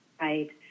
right